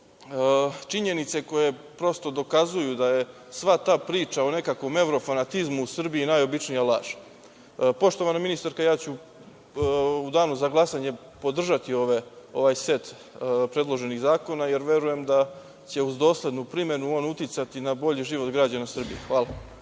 činjenice koje prosto dokazuju da je sva ta priča o nekakvom evrofanatizmu u Srbiji najobičnija laž. Poštovana ministarka, ja ću u danu za glasanje podržati ovaj set predloženih zakona, jer verujem da će uz doslednu primenu uticati na bolji život građana Srbije. Hvala.